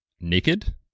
naked